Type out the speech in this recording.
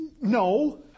No